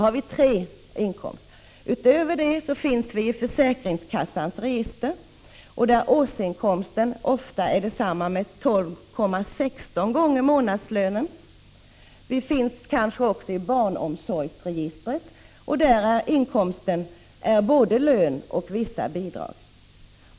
Människor kan även finnas med i försäkringskassans register, där årsinkomsten ofta är lika med 12,16 x månadslönen. Människor kan även finnas med i barnomsorgsregistret, där inkomsten består av både lön och vissa bidrag.